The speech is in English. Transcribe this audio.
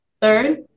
Third